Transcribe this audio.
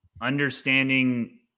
understanding